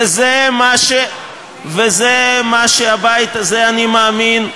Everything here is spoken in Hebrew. וזה מה שהבית הזה, אני מאמין,